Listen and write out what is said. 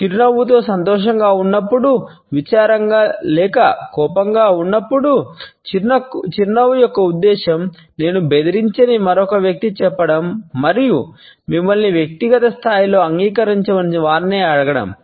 చిరునవ్వు యొక్క ఉద్దేశం నేను బెదిరించని మరొక వ్యక్తికి చెప్పడం మరియు మిమ్మల్ని వ్యక్తిగత స్థాయిలో అంగీకరించమని వారిని అడగటం